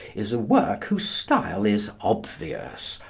is a work whose style is obvious,